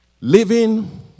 living